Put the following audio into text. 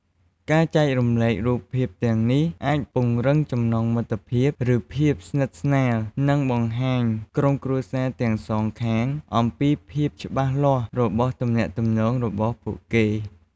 ការចែករំលែករូបភាពទាំងនេះអាចពង្រឹងចំណងមិត្តភាព ឬ ភាពស្និទ្ធស្នាល និងបង្ហាញក្រុមគ្រួសារទាំងសងខាង អំពីភាពច្បាស់លាស់របស់ទំនាក់ទំនងរបស់ពួកគេ។